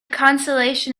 consolation